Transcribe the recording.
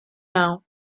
now